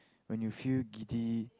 when you feel giddy